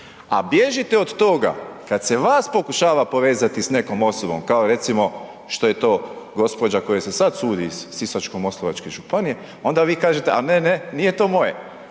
a bježite od toga kad se vas pokušava povezati s nekom osobom, kao recimo što je to gđa. kojoj se sad sudi iz Sisačko-moslavačke županije, onda vi kažete, a ne, ne, nije to moje.